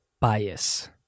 bias